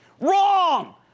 Wrong